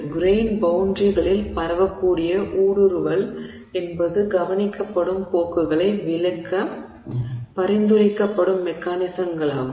grain பௌண்டரிகளில் பரவக்கூடிய ஊடுருவல் என்பது கவனிக்கப்படும் போக்குகளை விளக்க பரிந்துரைக்கப்படும் மெக்கானிசமாகும்